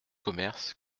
commerces